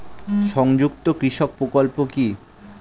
সংযুক্ত কৃষক প্রকল্প কি?